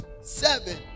Seven